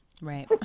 Right